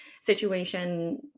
situation